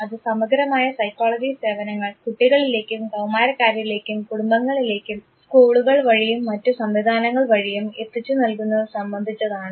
അത് സമഗ്രമായ സൈക്കോളജി സേവനങ്ങൾ കുട്ടികളിലേക്കും കൌമാരക്കാരിലേക്കും കുടുംബങ്ങളിലേക്കും സ്കൂളുകൾ വഴിയും മറ്റു സംവിധാനങ്ങൾ വഴിയും എത്തിച്ചുനൽകുന്നത് സംബന്ധിച്ചതാണ്